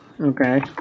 Okay